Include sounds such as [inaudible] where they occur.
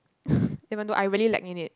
[breath] even though I really lack in it